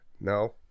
No